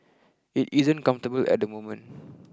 it isn't comfortable at the moment